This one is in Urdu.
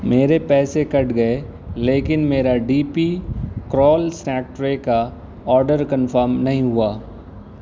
میرے پیسے کٹ گئے لیکن میرا ڈی پی کا آرڈر کنفرم نہیں ہوا